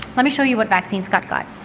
let me show you what vaccine scott got.